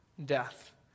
Death